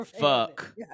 Fuck